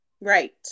Right